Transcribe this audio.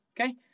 Okay